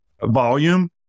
volume